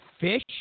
fish